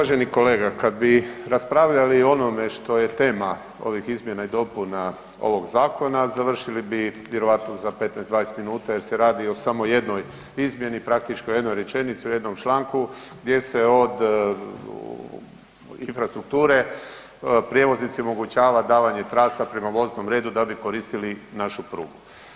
Uvaženi kolega, kad bi raspravljali o onome što je tema ovih izmjena i dopuna ovog zakona završili bi vjerojatno za 15-20 minuta jer se radi o samo jednoj izmjeni, praktički o jednoj rečenici, o jednom članku gdje se od Infrastrukture prijevoznicima omogućava davanje trasa prema voznom redu da bi koristili našu prugu.